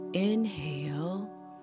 Inhale